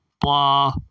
Blah